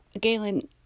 Galen